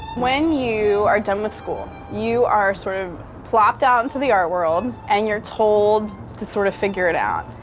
when you are done with school, you are sort of plopped down into the art world, and you're told to sort of figure it out.